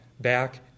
back